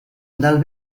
del